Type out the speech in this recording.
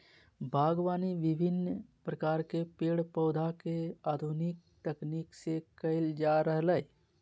बागवानी विविन्न प्रकार के पेड़ पौधा के आधुनिक तकनीक से कैल जा रहलै